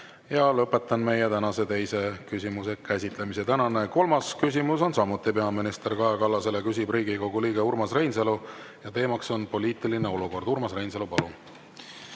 Lõpetan tänase teise küsimuse käsitlemise. Tänane kolmas küsimus on samuti peaminister Kaja Kallasele. Küsib Riigikogu liige Urmas Reinsalu ja teema on poliitiline olukord. Urmas Reinsalu, palun!